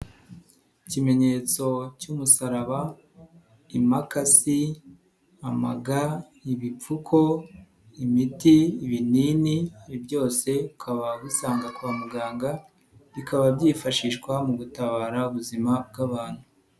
Ikimenyetso cy'umusaraba, imakasi, amaga, ibipfuko, imiti, ibinini byose ukaba ubisanga kwa muganga, bikaba byifashishwa mu gutabara ubuzima bw'abantu.